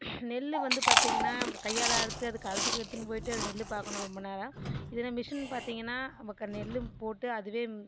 நெல்லு வந்து பாத்தீங்கனா கையால் அறுத்து அதை கலத்துக்கு எடுத்துனு போயிட்டு அது நெல்லு பார்க்கனும் ரொம்ப நேரம் இதில் மிஷின் பார்த்தீங்கனா நமக்கு நெல்லு போட்டு அதுவே